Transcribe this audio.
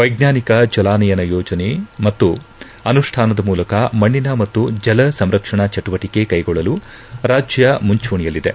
ವೈಜ್ಞಾನಿಕ ಜಲಾನಯನ ಯೋಜನೆ ಮತ್ತು ಅನುಷ್ಠಾನದ ಮೂಲಕ ಮಣ್ಣಿನ ಮತ್ತು ಜಲ ಸಂರಕ್ಷಣಾ ಚಟುವಟಿಕೆ ಕೈಗೊಳ್ಳಲು ರಾಜ್ಯ ಮುಂಚೂಣಿಯಲ್ಲಿದೆ